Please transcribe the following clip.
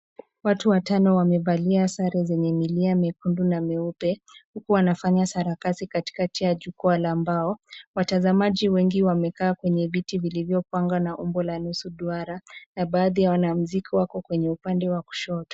Watu watano wamevalia sare zenye milia nyekundu na meupe huku wanafanya sarakasi katika cha jukwaa la mbao, watazamaji wengi wamekaa kwenye viti vilivyopangwa na umbo la nusu duara na baadhi ya wanamuziki wako kwenye upande wa kushoto.